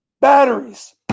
batteries